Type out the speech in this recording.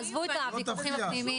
עזבו את הוויכוחים הפנימיים,